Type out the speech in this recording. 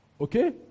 okay